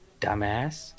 dumbass